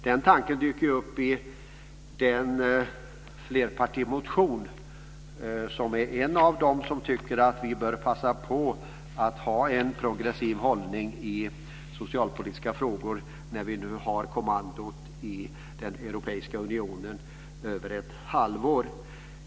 Den tanken dyker upp i den flerpartimotion som är en av dem där man tycker att vi bör passa på att ha en progressiv hållning i socialpolitiska frågor när vi har kommandot i Europeiska unionen över ett halvår.